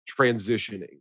transitioning